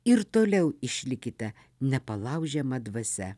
ir toliau išlikite nepalaužiama dvasia